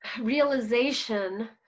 realization